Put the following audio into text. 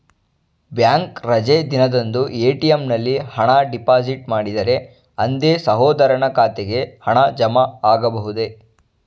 Bank ರಜೆ ದಿನದಂದು ATM ನಲ್ಲಿ ಹಣ ಡಿಪಾಸಿಟ್ ಮಾಡಿದರೆ ಅಂದೇ ಸಹೋದರನ ಖಾತೆಗೆ ಹಣ ಜಮಾ ಆಗಬಹುದೇ?